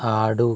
ఆడు